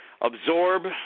absorb